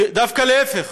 דווקא להפך,